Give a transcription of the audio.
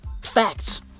Facts